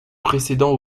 précédent